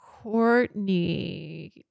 Courtney